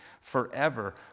forever